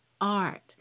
art